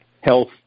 health